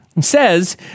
says